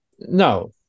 No